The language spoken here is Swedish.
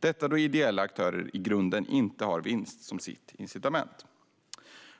Det gör vi för att de ideella aktörerna i grunden inte har vinst som sitt incitament.